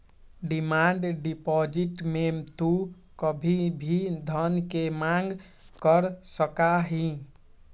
demand deposit में तू कभी भी धन के मांग कर सका हीं